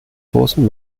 großen